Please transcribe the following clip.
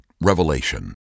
revelation